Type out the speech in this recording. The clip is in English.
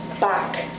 back